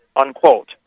unquote